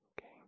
okay